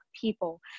people